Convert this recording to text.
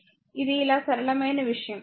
ఇది చాలా సరళమైన విషయం